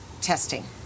testing